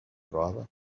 driver